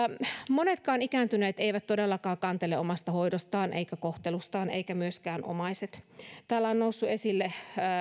monetkaan ikääntyneet eivät todellakaan kantele omasta hoidostaan tai kohtelustaan eivätkä myöskään omaiset täällä ovat nousseet esille